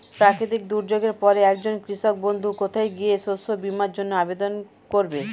প্রাকৃতিক দুর্যোগের পরে একজন কৃষক বন্ধু কোথায় গিয়ে শস্য বীমার জন্য আবেদন করবে?